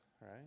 right